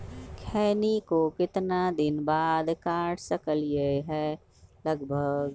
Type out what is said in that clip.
खैनी को कितना दिन बाद काट सकलिये है लगभग?